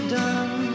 done